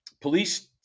police